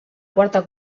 quarta